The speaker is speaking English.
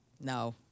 No